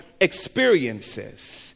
experiences